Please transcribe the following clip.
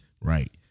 right